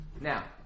Now